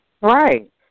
Right